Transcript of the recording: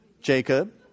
Jacob